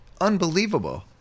unbelievable